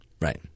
Right